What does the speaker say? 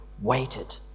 waited